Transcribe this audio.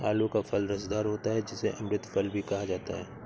आलू का फल रसदार होता है जिसे अमृत फल भी कहा जाता है